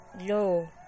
yo